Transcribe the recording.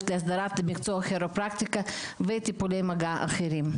להסדרת מקצוע הכירופרקטיקה וטיפולי מגע אחרים.